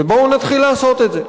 ובואו נתחיל לעשות את זה.